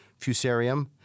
fusarium